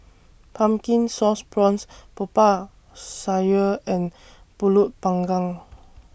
Pumpkin Sauce Prawns Popiah Sayur and Pulut Panggang